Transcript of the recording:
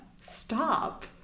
stop